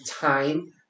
time